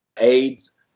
AIDS